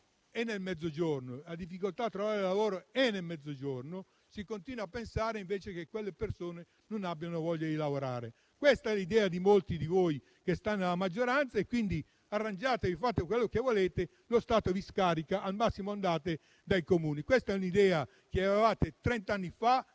In particolare, la difficoltà nel trovare lavoro c'è nel Mezzogiorno, ma si continua a pensare che quelle persone non abbiano voglia di lavorare. Questa è l'idea di molti di voi nella maggioranza: arrangiatevi e fate quello che volete! Lo Stato vi scarica: al massimo andate dai Comuni. Questa è l'idea che avevate trenta anni fa,